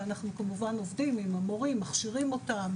ואנחנו כמובן עובדים עם המורים - מכשירים אותם.